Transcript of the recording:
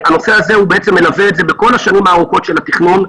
הנושא הזה בעצם מלווה את זה בכל השנים הארוכות של התכנון,